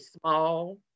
small